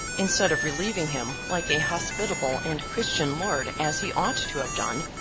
instead of relieving him like a hospitable and christian lord as he ought to have done,